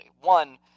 One